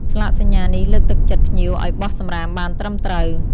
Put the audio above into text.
ស្លាកសញ្ញានេះលើកទឹកចិត្តភ្ញៀវឱ្យបោះសំរាមបានត្រឹមត្រូវ។